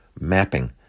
mapping